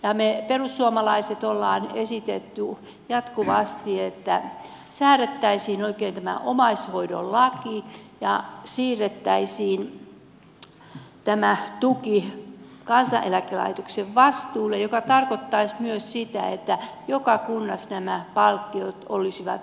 me perussuomalaiset olemme esittäneet jatkuvasti että säädettäisiin oikein tämä omaishoidon laki ja siirrettäisiin tämä tuki kansaneläkelaitoksen vastuulle mikä tarkoittaisi myös sitä että joka kunnassa nämä palkkiot olisivat samansuuruisia